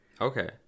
Okay